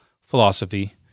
philosophy